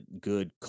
good